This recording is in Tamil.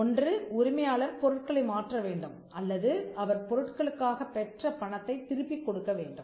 ஒன்று உரிமையாளர் பொருட்களை மாற்ற வேண்டும் அல்லது அவர் பொருட்களுக்காகப் பெற்ற பணத்தைத் திருப்பிக் கொடுக்க வேண்டும்